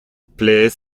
plaît